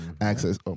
access